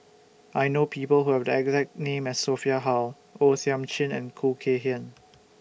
I know People Who Have The exact name as Sophia Hull O Thiam Chin and Khoo Kay Hian